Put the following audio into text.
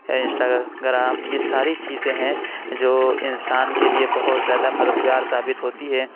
Instagram یہ ساری چیزیں ہیں جو انسان کے لیے بہت زیادہ مددگار ثابت ہوتی ہے